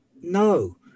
No